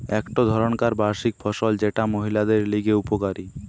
একটো ধরণকার বার্ষিক ফসল যেটা মহিলাদের লিগে উপকারী